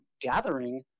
gathering